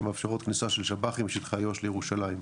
שמאפשרות כניסה של שב"חים משטחי איו"ש לירושלים.